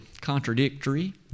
contradictory